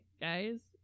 guys